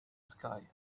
sky